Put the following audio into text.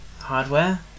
hardware